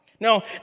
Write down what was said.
Now